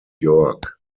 york